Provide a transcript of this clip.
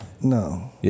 No